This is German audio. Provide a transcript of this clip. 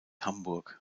hamburg